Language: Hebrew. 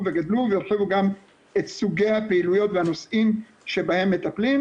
וגדלו והרחיבו גם את סוגי הפעילויות והנושאים שבהם מטפלים,